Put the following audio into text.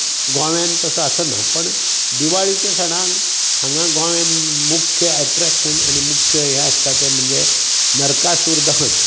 गोंव्यांत तसो आसना पण दिवाळीचे सणांक हांगा गोंव्यांतन मुख्य एट्रेक्शन आनी मुख्य हें आसता तें म्हणजे नर्कासूर दहन